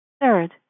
Third